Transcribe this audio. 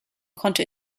konnte